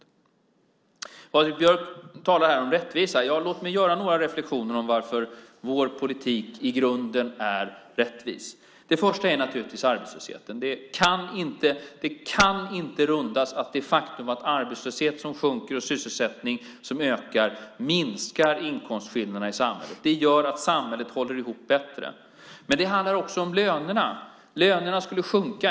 Patrik Björck talar här om rättvisa. Ja, låt mig göra några reflexioner om varför vår politik i grunden är rättvis. Det första är naturligtvis arbetslösheten. Det kan inte kringgås att det faktum att arbetslösheten sjunker och att sysselsättningen ökar minskar inkomstskillnaderna i samhället. Det gör att samhället håller ihop bättre. Men det handlar också om lönerna. Lönerna skulle sjunka.